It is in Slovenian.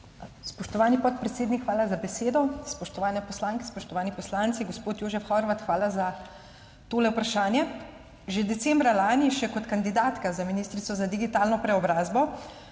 Spoštovani podpredsednik, hvala za besedo. Spoštovane poslanke, spoštovani poslanci! Gospod Jožef Horvat, hvala za tole vprašanje. Že decembra lani sem še kot kandidatka za ministrico za digitalno preobrazbo